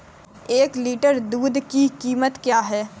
एक लीटर दूध की कीमत क्या है?